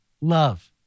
love